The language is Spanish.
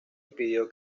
impidió